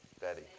Betty